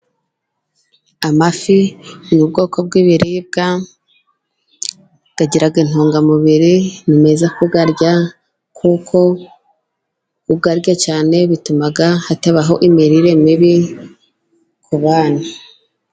Amafi ni ubwoko bw'biribwa, agira intungamubiri, ni meza kuyarya, kuko kuyar cyane bituma hatabaho imirire mibi ku bana.